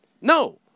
No